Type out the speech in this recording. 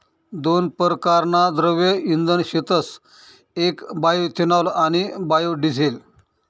दोन परकारना द्रव्य इंधन शेतस येक बायोइथेनॉल आणि बायोडिझेल